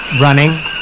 running